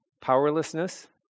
powerlessness